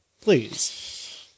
Please